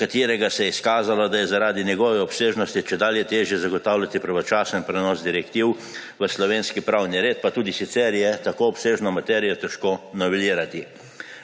za katerega se je izkazalo, da je zaradi njegove obsežnosti čedalje težje zagotavljati pravočasen prenos direktiv v slovenski pravni red, pa tudi sicer je tako obsežno materijo težko novelirati.